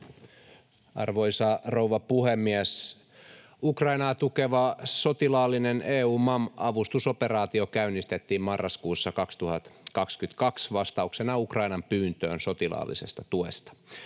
Arvoisa rouva puhemies! Ukrainaa tukeva sotilaallinen EUMAM-avustusoperaatio käynnistettiin marraskuussa 2022 vastauksena Ukrainan pyyntöön sotilaallisesta tuesta.